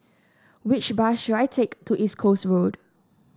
which bus should I take to East Coast Road